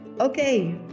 Okay